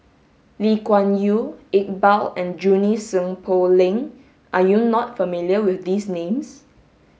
Lee Kuan Yew Iqbal and Junie Sng Poh Leng are you not familiar with these names